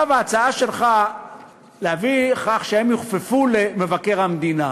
ההצעה שלך להביא לכך שהם יוכפפו למבקר המדינה,